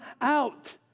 out